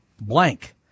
blank